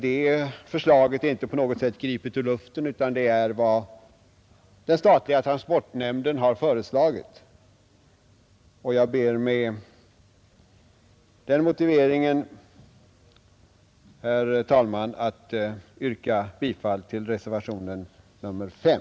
Detta förslag är inte på något sätt gripet ur luften, utan det är vad den statliga transportnämnden föreslagit. Jag ber med den motiveringen, herr talman, att få yrka bifall till reservationen 5.